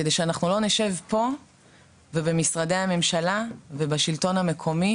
כדי שאנחנו לא נשב פה ובמשרדי הממשלה ובשלטון המקומי